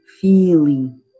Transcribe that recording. feeling